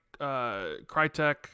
Crytek